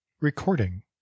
Recording